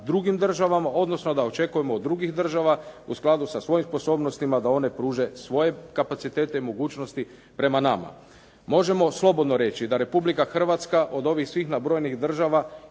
drugim državama, odnosno da očekujemo od drugih država u skladu sa svojim sposobnostima da one pruže svoje kapacitete i mogućnosti prema nama. Možemo slobodno reći da Republika Hrvatska od ovih svih nabrojenih država